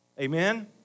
Amen